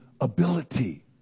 ability